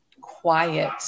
quiet